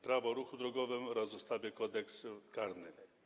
Prawo o ruchu drogowym oraz ustawy Kodeks karny.